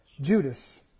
Judas